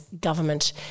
government